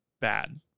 bad